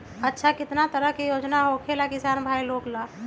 अच्छा कितना तरह के योजना होखेला किसान भाई लोग ला?